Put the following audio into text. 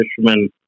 fishermen